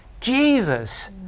Jesus